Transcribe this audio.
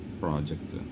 project